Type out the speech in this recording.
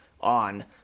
on